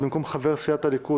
במקום חבר סיעת הליכוד,